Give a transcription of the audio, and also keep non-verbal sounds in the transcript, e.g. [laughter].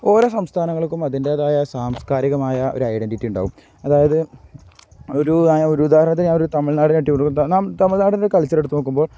ഓരോ സംസ്ഥാനങ്ങൾക്കും അതിൻ്റേതായ സാംസ്കാരികമായ ഒരു ഐഡൻ്റിറ്റി ഉണ്ടാവും അതായത് ഒരു ഒരു ഉദാഹരണത്തിന് ഒരു തമിഴ്നാട് [unintelligible] തിഴനാടിൻ്റെ കൾച്ചർ എടുത്ത് നോക്കുമ്പോൾ